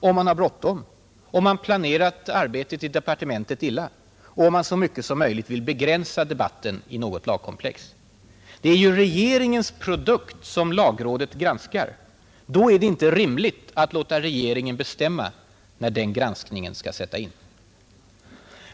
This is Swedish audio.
om man har bråttom, om man planerat arbetet i departementet illa och om man så mycket som möjligt vill begränsa debatten kring något lagkomplex. Det är ju regeringens produkt som lagrådet granskar. Då är det inte rimligt att låta regeringen bestämma när den granskningen skall sätta in.